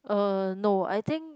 uh no I think